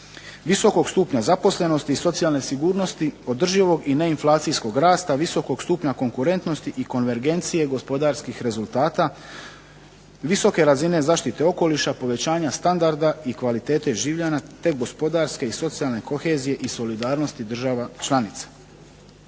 visokog stupnja zaposlenosti i socijalne sigurnosti, održivog i neinflacijskog rasta visokog stupnja konkurentnosti i konvergencije gospodarskih rezultata, visoke razine zaštite okoliša, povećanja standarda i kvalitete življenja te gospodarske i socijalne kohezije i solidarnosti država članica.